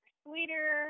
sweeter